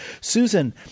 Susan